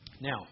Now